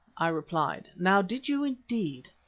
i replied, now did you indeed?